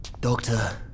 Doctor